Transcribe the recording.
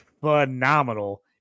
phenomenal